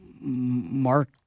Mark